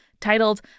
titled